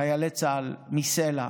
חיילי צה"ל, מסלע,